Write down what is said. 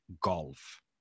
golf